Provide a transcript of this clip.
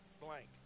blank